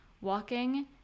walking